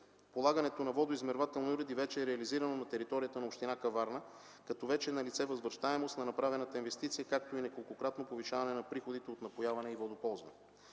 полагането на водоизмервателни уреди вече е реализирано на територията на община Каварна, като вече е налице възвръщаемост на направената инвестиция, както и неколкократно повишаване на приходите от напояване и водоползване.